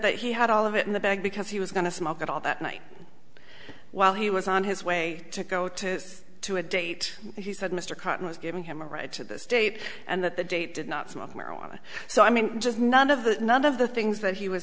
that he had all of it in the bag because he was going to smoke it all that night while he was on his way to go to to a date and he said mr cotton was giving him a ride to the state and that the date did not smoke marijuana so i mean just none of the none of the things that he was